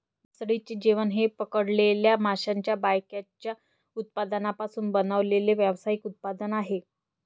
मासळीचे जेवण हे पकडलेल्या माशांच्या बायकॅचच्या उत्पादनांपासून बनवलेले व्यावसायिक उत्पादन आहे